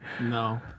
No